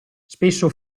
spesso